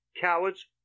cowards